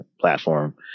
platform